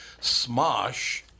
Smosh